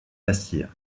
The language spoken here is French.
bastille